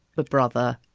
but brother,